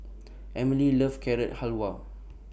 Emely loves Carrot Halwa